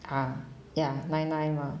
ah ya nine nine mah